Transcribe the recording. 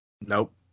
nope